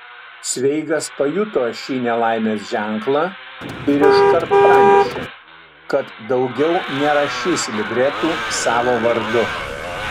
cveigas pajuto šį nelaimės ženklą ir iškart pranešė kad daugiau nerašys libretų savo vardu